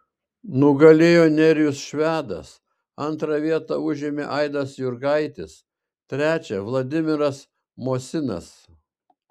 nugalėjo nerijus švedas antrą vietą užėmė aidas jurgaitis trečią vladimiras mosinas